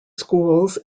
schools